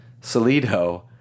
Salido